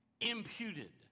imputed